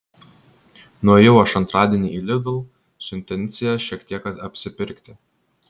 nuėjau aš antradienį į lidl su intencija šiek tiek apsipirkti